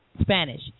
Spanish